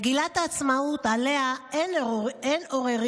מגילת העצמאות, שעליה אין עוררין,